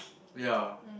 ya